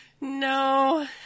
No